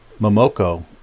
Momoko